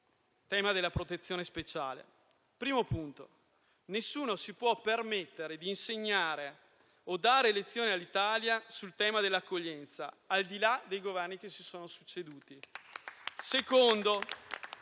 tema della protezione speciale. Primo punto: nessuno si può permettere di insegnare o dare lezioni all'Italia sul tema dell'accoglienza, al di là dei Governi che si sono succeduti.